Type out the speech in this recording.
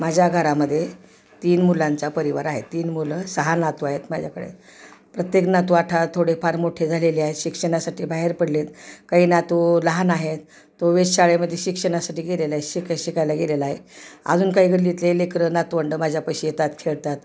माझ्या घरामध्ये तीन मुलांचा परिवार आहे तीन मुलं सहा नातू आहेत माझ्याकडे प्रत्येक नातू आता थोडे फार मोठे झालेले आहेत शिक्षणासाठी बाहेर पडलेत काही नातू लहान आहेत तो वेश शाळेमध्ये शिक्षणासाठी गेलेला आहे शिक शिकायला गेलेला आहे अजून काही गल्लीतले लेकर नातवंडं माझ्या पाशी येतात खेळतात